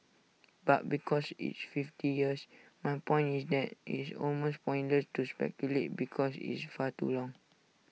but because it's fifty years my point is that IT is almost pointless to speculate because it's far too long